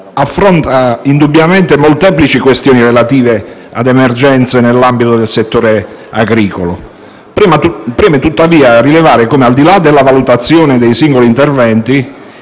affronta indubbiamente molteplici questioni relative alle emergenze nell'ambito del settore agricolo. Preme tuttavia rilevare come, al di là della valutazione dei singoli interventi,